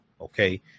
Okay